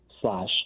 slash